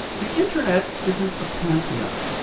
the internet isn't a pantheon.